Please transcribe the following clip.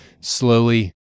slowly